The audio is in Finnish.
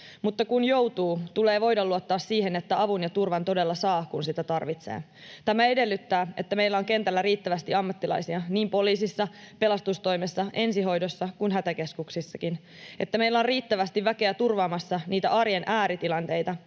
mutta kun joutuu, tulee voida luottaa siihen, että avun ja turvan todella saa, kun sitä tarvitsee. Tämä edellyttää, että meillä on kentällä riittävästi ammattilaisia niin poliisissa, pelastustoimessa, ensihoidossa kuin hätäkeskuksissakin, että meillä on riittävästi väkeä turvaamassa niitä arjen ääritilanteita,